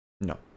No